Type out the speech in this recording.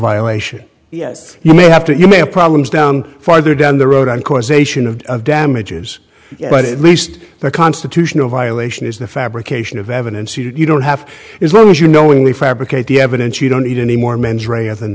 violation yes you may have to you may have problems down farther down the road on causation of of damages but it least the constitutional violation is the fabrication of evidence you don't have as well as you knowingly fabricate the evidence you don't need any more